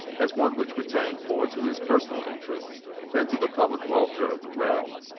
as one which pertained more to his personal interests than to the public welfare of the realm.